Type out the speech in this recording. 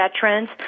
veterans